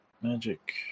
magic